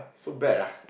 so bad ah